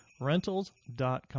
rentals.com